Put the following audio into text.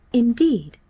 indeed,